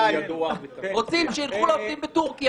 רוצים שייקחו עובדים מתורכיה,